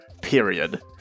period